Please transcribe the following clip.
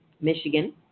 Michigan